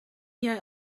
jij